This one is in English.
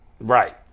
Right